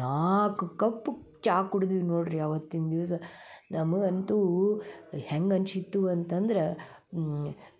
ನಾಲ್ಕು ಕಪ್ ಚಾ ಕುಡದ್ವಿ ನೋಡ್ರಿ ಅವತ್ತಿನ ದಿವಸ ನಮಗಂತೂ ಹೆಂಗೆ ಅನ್ಸಿತ್ತು ಅಂತಂದ್ರೆ